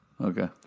Okay